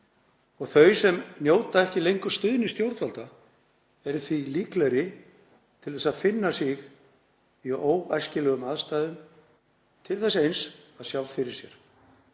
Þau sem njóta ekki lengur stuðnings stjórnvalda, eru því líklegri til þess að finna sig í óæskilegum aðstæðum til þess eins að sjá fyrir sér.